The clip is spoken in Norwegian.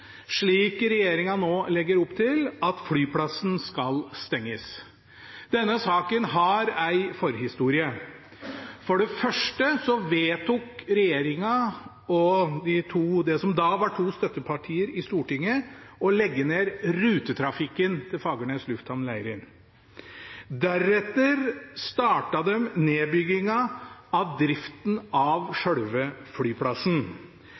slik regjeringen nå legger opp til, at flyplassen skal stenges. Denne saken har en forhistorie. For det første vedtok regjeringspartiene og det som da var to støttepartier i Stortinget, å legge ned rutetrafikken på Fagernes lufthamn Leirin. Deretter startet de nedbyggingen av driften av selve flyplassen.